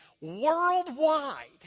worldwide